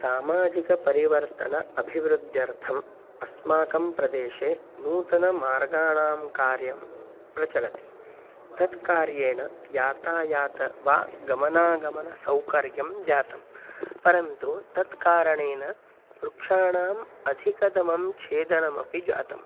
सामाजिकपरिवर्तन अभिवृद्ध्यर्थम् अस्माकं प्रदेशे नूतनमार्गाणां कार्यं प्रचलति तत् कार्येण यातायातं वा गमनागमनसौकर्यं जातं परन्तु तत्कारणेन वृक्षाणाम् अधिकतमं छेदनमपि जातम्